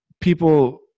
people